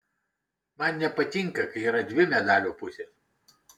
man nepatinka kai yra dvi medalio pusės